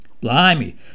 Blimey